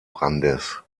brandis